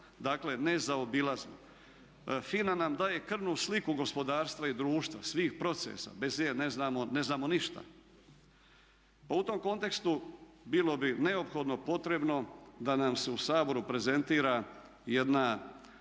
Dakle, nezaobilazno. FINA nam daje krvnu sliku gospodarstva i društva, svih procesa, bez nje ne znamo ništa. Pa u tom kontekstu bilo bi neophodno potrebno da nam se u Saboru prezentira jedna